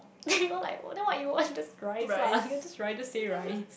then you know like then what you want just rice lah just rice just say rice